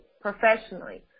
professionally